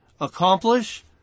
accomplish